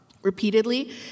Repeatedly